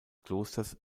klosters